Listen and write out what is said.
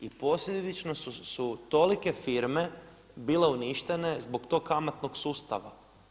I posljedično su tolike firme bile uništene zbog tog kamatnog sustava.